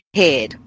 head